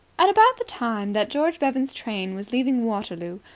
at about the time that george bevan's train was leaving waterloo,